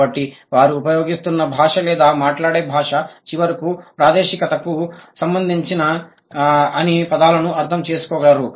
కాబట్టి వారు ఉపయోగిస్తున్న భాష లేదా మాట్లాడే భాష చివరకు ప్రాదేశికతకు సంబంధించిన అన్ని పదాలను అర్థం చేసుకోగలరు